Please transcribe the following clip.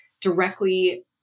directly